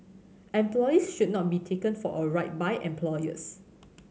employees should not be taken for a ride by employers